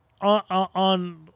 on